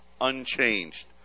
unchanged